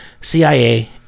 CIA